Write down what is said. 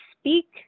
speak